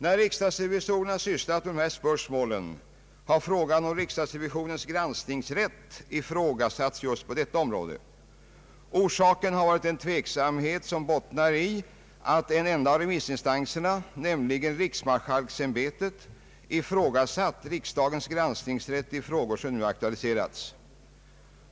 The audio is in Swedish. När riksdagsrevisorerna sysslat med dessa spörsmål har frågan om deras granskningsrätt ifrågasatts just på detta område. Orsaken har varit en tveksamhet som bottnar i att en enda av remissinstanserna, nämligen riksmarskalksämbetet, ifrågasatt riksdagens granskningsrätt i frågor som nu aktualiserats.